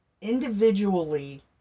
individually